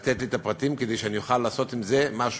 לתת את הפרטים, כדי שאני אוכל לעשות עם זה משהו,